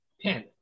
pen